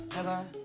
ever,